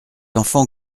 enfant